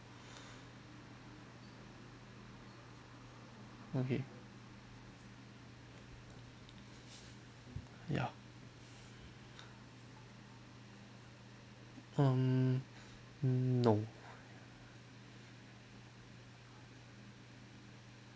okay ya um no